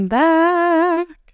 back